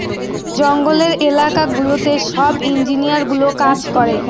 জঙ্গলের এলাকা গুলোতে সব ইঞ্জিনিয়ারগুলো কাজ করে